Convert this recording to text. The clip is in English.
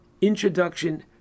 introduction